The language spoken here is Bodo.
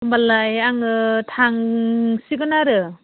होमबालाय आङो थांसिगोन आरो